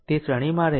તે શ્રેણીમાં રહેશે